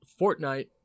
Fortnite